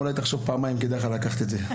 אולי תחשוב פעמיים אם כדאי לך לקחת את זה.